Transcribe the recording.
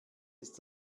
ist